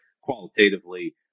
qualitatively